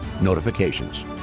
notifications